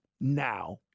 now